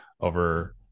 over